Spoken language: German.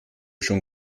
schon